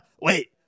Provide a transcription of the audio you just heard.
wait